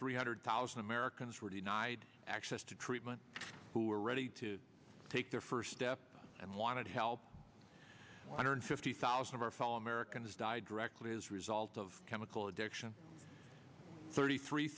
three hundred thousand americans were denied access to treatment who were ready to take their first step and wanted help one hundred fifty thousand of our fellow americans died directly as result of chemical addiction thirty three